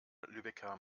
lübecker